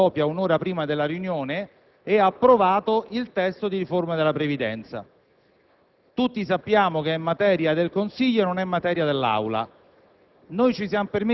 consegnandone una copia un'ora prima della riunione, e approvato il testo di riforma della previdenza. Tutti sappiamo che è materia del Consiglio e non è materia dell'Aula,